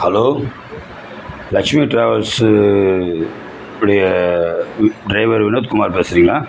hello Lakshmi travels உடைய driver Vinod Kumar பேசுறீங்களா